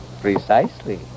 Precisely